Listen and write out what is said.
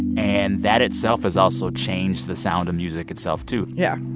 and that itself has also changed the sound of music itself, too yeah